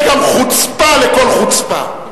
יש גם חוצפה לכל חוצפה.